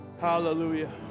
Hallelujah